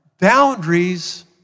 boundaries